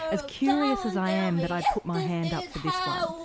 as curious as i am that i'd put my hand up for this one?